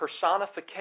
personification